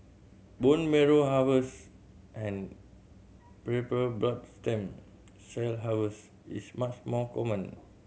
bone marrow harvest and peripheral blood stem cell harvest is much more common